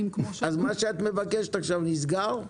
מה שאת מבקשת עכשיו נסגר?